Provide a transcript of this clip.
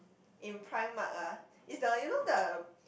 in primark ah is the you know the